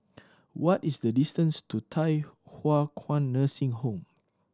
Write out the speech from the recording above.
what is the distance to Thye Hua Kwan Nursing Home